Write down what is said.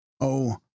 Oh